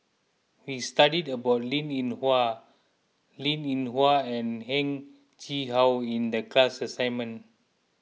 we studied about Linn in Hua Linn in Hua and Heng Chee How in the class assignment